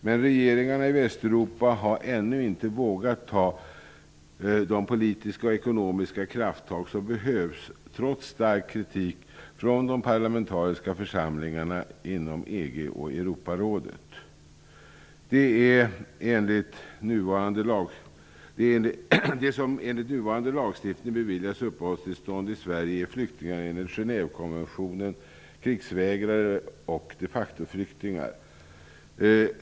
Men regeringarna i Västeuropa har ännu inte vågat ta de politiska och ekonomiska krafttag som behövs, trots stark kritik från de parlamentariska församlingarna inom EG och Europarådet. De som enligt nuvarande lagstiftning beviljas uppehållstillstånd i Sverige är flyktingar enligt Genèvekonventionen, krigsvägrare och de factoflyktingar.